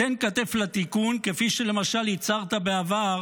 תן כתף לתיקון, כפי שלמשל הצהרת בעבר